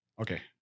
okay